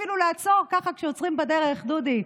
אפילו ככה כשעוצרים בדרך, דודי,